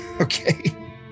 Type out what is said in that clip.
Okay